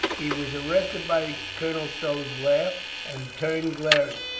he was arrested by colonel stow's laugh, and turned glaring.